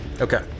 Okay